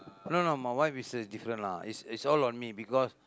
no no my wife is a different lah is is all one me because